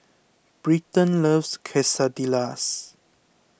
Britton loves Quesadillas